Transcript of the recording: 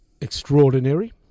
extraordinary